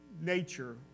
nature